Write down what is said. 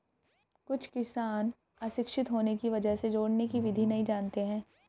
कुछ किसान अशिक्षित होने की वजह से जोड़ने की विधि नहीं जानते हैं